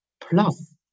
plus